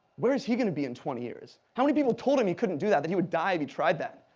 where is he going to be in twenty years? how many people told him he couldn't do that, that he would die if he tried that?